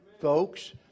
folks